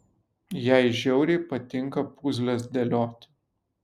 jai žiauriai patinka puzles dėliot